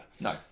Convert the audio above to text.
No